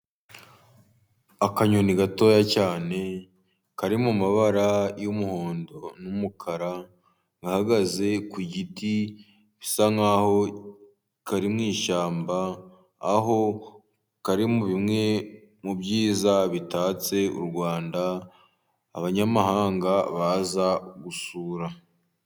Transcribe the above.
Akanyoni gatoya cyane kari mu mabara y'umuhondo n'umukara, gahagaze ku giti bisa nk'aho kari mu shyamba, aho kari muri bimwe mu byiza bitatse u Rwanda, abanyamahanga baza gusura.